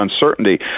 uncertainty